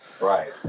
Right